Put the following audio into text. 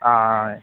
ஆ ஆ